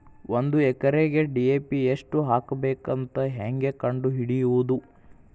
ಒಂದು ಎಕರೆಗೆ ಡಿ.ಎ.ಪಿ ಎಷ್ಟು ಹಾಕಬೇಕಂತ ಹೆಂಗೆ ಕಂಡು ಹಿಡಿಯುವುದು?